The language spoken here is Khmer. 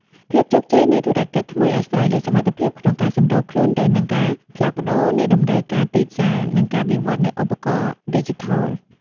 ភាពជោគជ័យនៃធុរកិច្ចថ្មីអាស្រ័យលើសមត្ថភាពក្នុងការសម្របខ្លួនទៅនឹងការផ្លាស់ប្តូរនៃតម្រូវការទីផ្សារ និងការវិវត្តនៃឧបករណ៍ឌីជីថល។